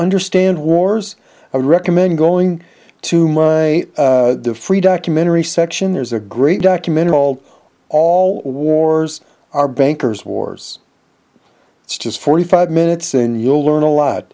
understand wars i recommend going to the free documentary section there's a great documentary called all wars are bankers wars it's just forty five minutes in you'll learn a lot